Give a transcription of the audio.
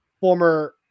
former